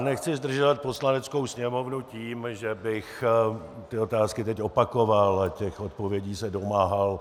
Nechci zdržovat Poslaneckou sněmovnu tím, že bych ty otázky teď opakoval a těch odpovědí se domáhal.